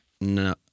No